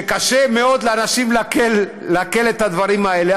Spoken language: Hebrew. וקשה מאוד לאנשים לעכל את הדברים האלה,